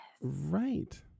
right